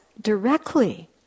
directly